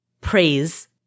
praise